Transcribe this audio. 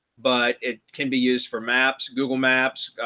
but it can be used for maps, google maps,